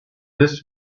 this